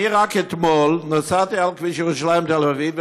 אני רק אתמול נסעתי בכביש ירושלים תל אביב,